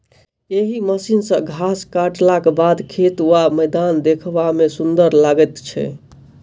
एहि मशीन सॅ घास काटलाक बाद खेत वा मैदान देखबा मे सुंदर लागैत छै